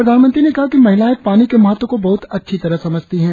प्रधानमंत्री ने कहा कि महिलाएं पानी के महतव को बहत अचछी तरह समझती हैं